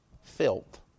filth